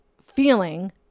feeling